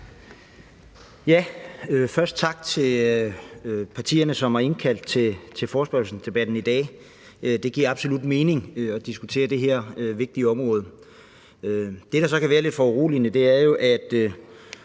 Først tak til partierne, som har indkaldt til forespørgselsdebatten i dag. Det giver absolut mening at diskutere det her vigtige område. Det, der så kan være lidt foruroligende, er jo, at